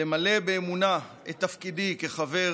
למלא באמונה את תפקידי כחבר